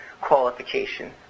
qualification